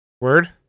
Word